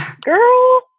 girl